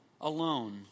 alone